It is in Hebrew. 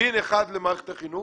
דין אחד למערכת החינוך.